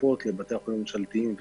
לבתי החולים הממשלתיים,